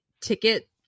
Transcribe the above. ticket